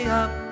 up